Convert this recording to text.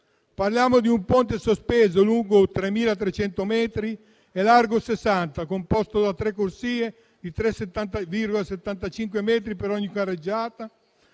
Parliamo di un ponte sospeso lungo 3.300 metri e largo 60 metri, composto da tre corsie di 3,75 metri per ogni carreggiata,